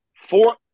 four